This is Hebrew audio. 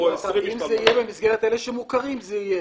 אם זה יהיה במסגרת אלה שמוכרים זה יהיה.